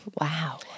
Wow